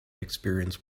experience